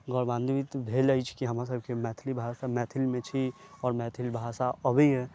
गौरवान्वित भेल अछि कि हमरा सबके मैथिली भाषा मैथिल मे छी आओर मैथिल भाषा अबैया